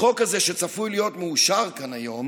החוק הזה שצפוי להיות מאושר כאן היום